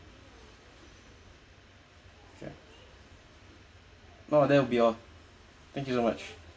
oh that'll be all thank you so much